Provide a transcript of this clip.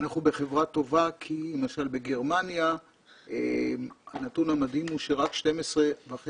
אנחנו בחברה טובה כי למשל בגרמניה הנתון המדהים הוא שרק 12.5